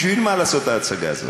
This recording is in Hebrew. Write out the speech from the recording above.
בשביל מה לעשות את ההצגה הזאת?